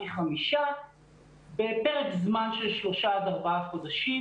פי חמישה בפרק זמן של שלושה עד ארבעה חודשים,